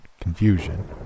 confusion